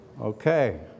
Okay